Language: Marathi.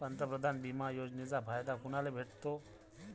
पंतप्रधान बिमा योजनेचा फायदा कुनाले भेटतो?